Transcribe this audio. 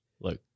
Look